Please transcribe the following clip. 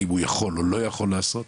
האם הוא יכול או לא יכול לעשות?